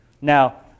Now